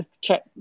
check